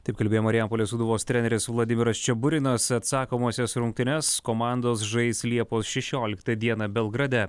taip kalbėjo marijampolės sūduvos treneris vladimiras čiaburinas atsakomąsias rungtynes komandos žais liepos šešioliktą dieną belgrade